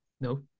No